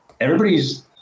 everybody's